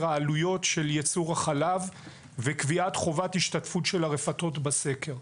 העלויות של ייצור החלב וקביעת חובת השתתפות של הרפתות בסקר.